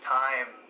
time